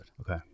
Okay